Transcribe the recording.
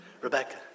Rebecca